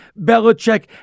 Belichick